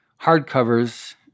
hardcovers